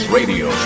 Radio